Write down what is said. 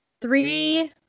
three